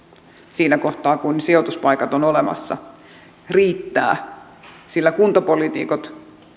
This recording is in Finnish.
siinä kohtaa kun sijoituspaikat ovat olemassa sillä kuntapoliitikot